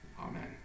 Amen